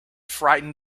frightened